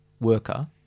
worker